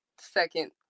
second